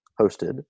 hosted